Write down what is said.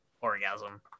orgasm